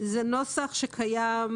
זה נוסח שקיים.